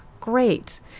great